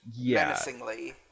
menacingly